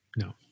No